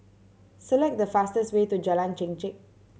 select the fastest way to Jalan Chengkek